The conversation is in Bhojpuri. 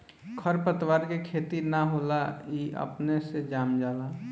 खर पतवार के खेती ना होला ई अपने से जाम जाला